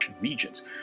regions